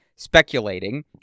Speculating